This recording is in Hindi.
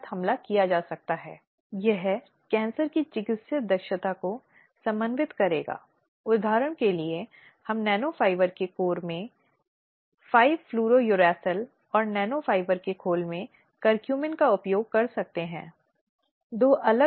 उन्हें शिकायत एकत्र करने में मुख्य मुद्दों को निर्धारित करना चाहिए और सभी प्रासंगिक जानकारी रिकॉर्ड करनी चाहिए प्रासंगिक साक्षात्कार प्रश्न तैयार करें आवश्यक साक्षात्कार का विश्लेषण करें और एकत्र की गई जानकारी निष्कर्षों की सिफारिशों के साथ रिपोर्ट तैयार करें